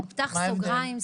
פתח סוגריים,